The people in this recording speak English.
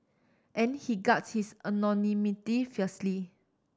and he guards his anonymity fiercely